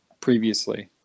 previously